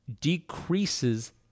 decreases